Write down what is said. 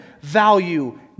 value